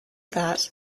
that